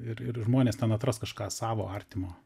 ir ir žmonės ten atras kažką savo artimo